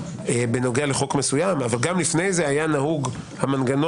בנוגע לחוק מסוים אבל גם לפני זה היה נהוג המנגנון,